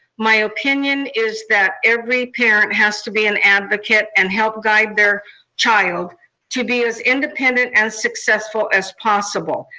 my opinion is that every parent has to be an advocate and help guide their child to be as independent and successful as possible,